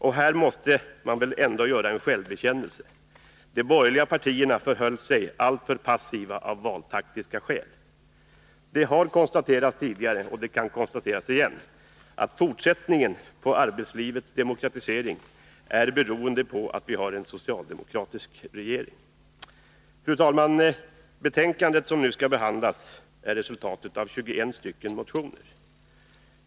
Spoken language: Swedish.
Och här måste man väl ändå göra en självbekännelse. — De borgerliga partierna förhöll sig alltför passiva av valtaktiska skäl.” Det har konstaterats tidigare, och det kan konstateras igen, att fortsättningen på arbetslivets demokratisering är beroende av att vi har en socialdemokratisk regering. Fru talman! Det betänkande som nu skall behandlas är resultatet av 21 motioner.